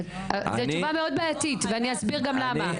זו תשובה מאוד בעייתית ואני אסביר גם למה.